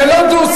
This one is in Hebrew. זה לא דו-שיח.